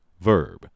Verb